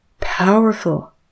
powerful